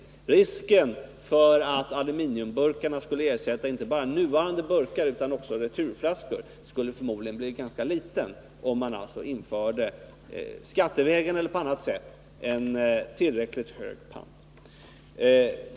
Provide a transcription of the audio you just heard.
Risken för att aluminiumburkarna skulle ersätta inte bara de burkar som nu används utan också returflaskorna skulle förmodligen bli ganska liten, om man skattevägen eller på annat sätt införde en tillräckligt hög pant.